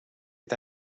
est